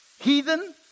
Heathen